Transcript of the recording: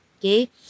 Okay